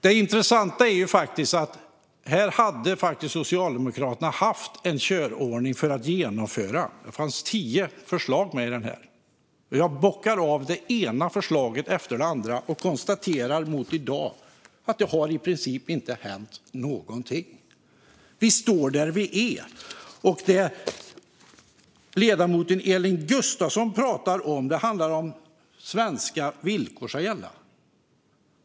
Det intressanta är att här skulle Socialdemokraterna ha haft en körordning för att genomföra detta. Det fanns tio förslag med i rapporten. Jag bockar av det ena förslaget efter det andra och konstaterar att det i princip inte har hänt någonting. Vi står där vi står. Det ledamoten Gustafsson pratar om handlar om att svenska villkor ska gälla.